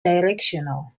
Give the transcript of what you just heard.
directional